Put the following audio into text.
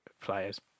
players